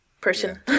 person